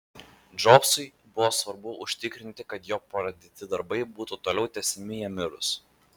džobsui buvo svarbu užtikrinti kad jo pradėti darbai būtų toliau tęsiami jam mirus